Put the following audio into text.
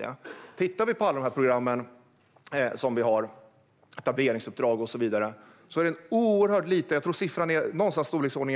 Om man tittar på alla program som vi har - etableringsuppdrag och så vidare - kan man se att det är en oerhört liten del av dem som deltar i dem som